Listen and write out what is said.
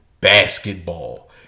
basketball